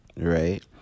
right